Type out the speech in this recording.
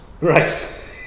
Right